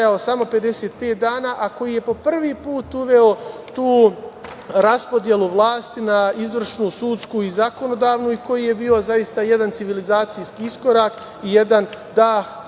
samo 55 dana, a koji je po prvi put uveo tu raspodelu vlasti na izvršnu, sudsku i zakonodavnu i koji je bio zaista jedan civilizacijski iskorak i jedan dah